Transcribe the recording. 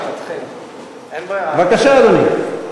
בבקשה, אדוני.